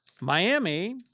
Miami